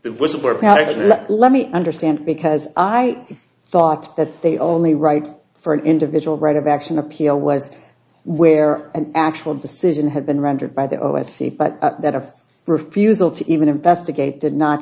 of let me understand because i thought that they only right for an individual right of action appeal was where an actual decision had been rendered by the o s c but that a refusal to even investigate did not